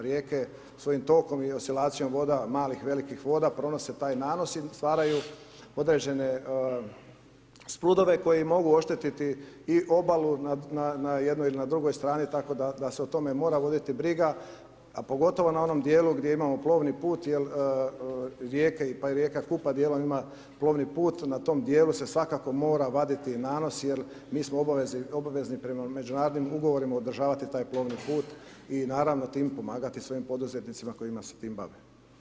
Rijeke svojim tokom i oscilacijom voda, malih, velikih voda, pronose taj nanos i stvaraju određene sprudove, koji mogu oštetiti i obalu, na jednoj il' na drugoj strani, tako da se o tome mora voditi briga, a pogotovo na onom dijelu gdje imamo plovni put, jer rijeke, pa i rijeka Kupa, dijelom ima plovni put, na tom dijelu se svakako mora vaditi nanos jer mi smo obavezni prema međunarodnim ugovorima održavati taj plovni put i naravno tim' pomagati svojim poduzetnicima kojima se tim bave.